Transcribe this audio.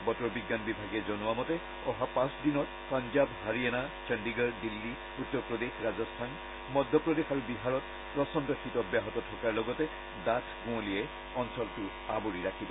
বতৰ বিজ্ঞান বিভাগে জনোৱা মতে অহা পাচ দিনত পাঞ্জাৱ হাৰিয়ানা চণ্ডিগড় দিল্লী উত্তৰপ্ৰদেশ ৰাজস্থান মধ্যপ্ৰদেশ আৰু বিহাৰত প্ৰচণ্ড শীত অব্যাহত থকাৰ লগতে ডাঠ কুৱলিয়ে আৱৰি ৰাখিব